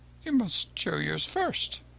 you must show yours first.